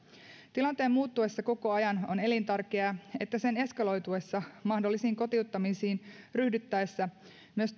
tilanteen muuttuessa koko ajan on elintärkeää että sen eskaloituessa mahdollisiin kotiuttamisiin ryhdyttäessä myös